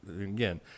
again